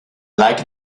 like